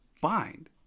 bind